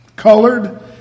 colored